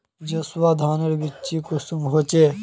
जसवा धानेर बिच्ची कुंसम होचए?